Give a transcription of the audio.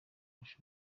kurusha